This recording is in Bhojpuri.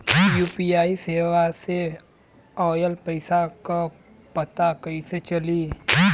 यू.पी.आई सेवा से ऑयल पैसा क पता कइसे चली?